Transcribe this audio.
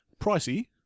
Pricey